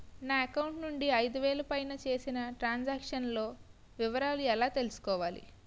నా అకౌంట్ నుండి ఐదు వేలు పైన చేసిన త్రం సాంక్షన్ లో వివరాలు ఎలా తెలుసుకోవాలి?